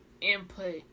input